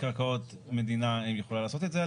קרקעות מדינה היא יכולה לעשות את זה,